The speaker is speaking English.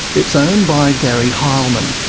it's owned by gary heilmann.